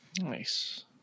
Nice